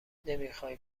نمیخوای